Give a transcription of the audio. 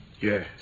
Yes